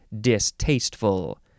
distasteful